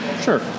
Sure